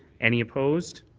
any opposed.